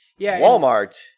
Walmart